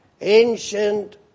ancient